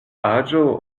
aĝo